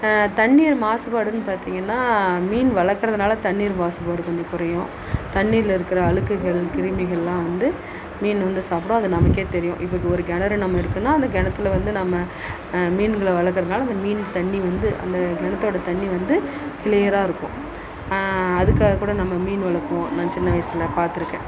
தண்ணீர் மாசுபாடுனு பார்த்திங்கன்னா மீன் வளர்க்கறதுனால தண்ணீர் மாசுபாடு கொஞ்சம் குறையும் தண்ணீரில் இருக்கிற அழுக்குகள் கிருமிகளெலாம் வந்து மீன் வந்து சாப்பிடும் அது நமக்கே தெரியும் இப்போது ஒரு கிணறு நம்ம இருக்குன்னால் அந்த கிணத்துல வந்து நம்ம மீன்களை வளர்க்கிறதுனால அந்த மீன் தண்ணி வந்து அந்த கிணத்தோடய தண்ணி வந்து கிளியராக இருக்கும் அதுக்காக கூட நம்ம மீன் வளர்ப்போம் நான் சின்ன வயசில் பார்த்துருக்கேன்